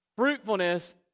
fruitfulness